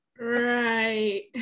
right